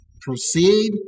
Proceed